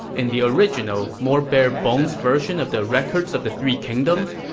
in the original, more barebones version of the records of the three kingdoms,